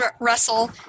Russell